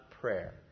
prayer